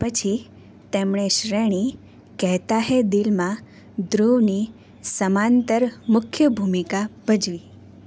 પછી તેમણે શ્રેણી કહેતા હૈ દિલમાં ધ્રુવની સમાંતર મુખ્ય ભૂમિકા ભજવી